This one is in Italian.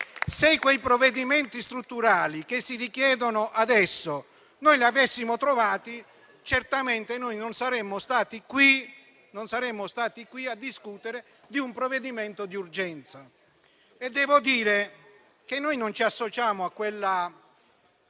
quei provvedimenti strutturali che si richiedono adesso, certamente non saremmo stati qui a discutere di un provvedimento di urgenza. Devo dire che noi non ci associamo a quella